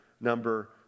number